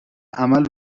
عمل